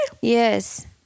Yes